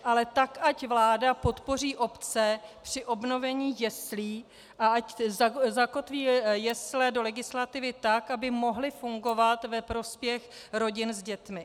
Ale tak ať vláda podpoří obce při obnovení jeslí a ať zakotví jesle do legislativy tak, aby mohly fungovat ve prospěch rodin s dětmi.